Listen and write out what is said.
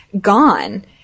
gone